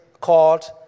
called